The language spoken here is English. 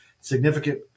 significant